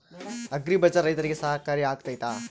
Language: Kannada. ಅಗ್ರಿ ಬಜಾರ್ ರೈತರಿಗೆ ಸಹಕಾರಿ ಆಗ್ತೈತಾ?